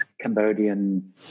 Cambodian